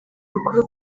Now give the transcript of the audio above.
bukuru